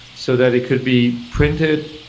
so that it could be printed,